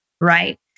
Right